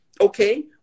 okay